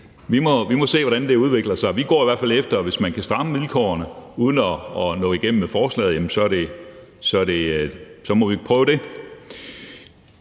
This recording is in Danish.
Vi må se, hvordan det udvikler sig. Vi går i hvert fald efter, at hvis man kan stramme vilkårene uden at nå igennem med forslaget, så må vi prøve det.